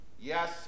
Yes